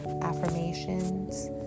affirmations